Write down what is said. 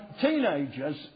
teenagers